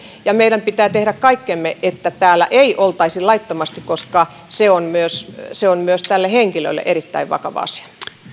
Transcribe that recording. ja meidän pitää tehdä kaikkemme että täällä ei oltaisi laittomasti koska se on myös tälle henkilölle erittäin vakava asia